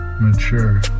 mature